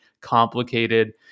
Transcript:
complicated